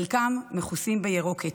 חלקם מכוסים ירוקת,